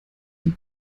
die